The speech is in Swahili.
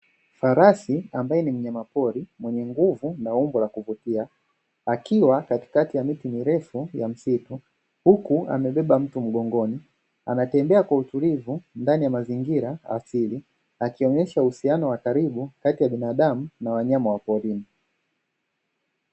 Farasi ambae ni mnyama pori mwenye nguvu na umbo la kuvutia, akiwa katikati ya miti mirefu ya msitu huku amebeba mtu mgongoni, anatembea kwa utlivu ndani ya mazingira asili akionesha uhusiano wa karibu kati ya binaadamu na wanyama wa porini.